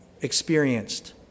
experienced